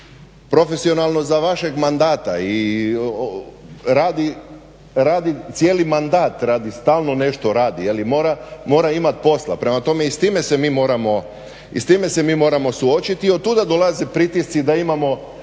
profesionalan za vašeg mandata i radi cijeli mandat, stalno nešto radi. Mora imati posla. Prema tome, i s time se mi moramo suočiti i otuda dolaze pritisci da imamo